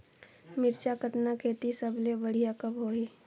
मिरचा कतना खेती सबले बढ़िया कब होही?